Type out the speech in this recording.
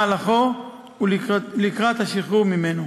מהלכו, ולקראת השחרור ממנו.